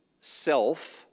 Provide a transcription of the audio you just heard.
self